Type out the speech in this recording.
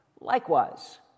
Likewise